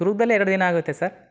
ದುರ್ಗದಲ್ಲೆ ಎರಡು ದಿನ ಆಗುತ್ತೆ ಸರ್